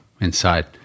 inside